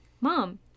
mom